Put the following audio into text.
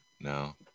No